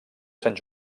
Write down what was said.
sant